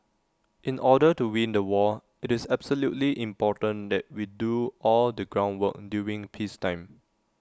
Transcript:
in order to win the war IT is absolutely important that we do all the groundwork during peacetime